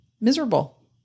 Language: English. miserable